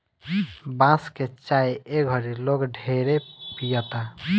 बांस के चाय ए घड़ी लोग ढेरे पियता